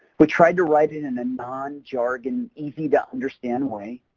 we tried to write in and a non-jargon, easy-to-understand way,